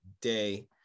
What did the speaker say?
Day